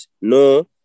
no